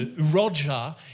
Roger